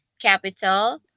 capital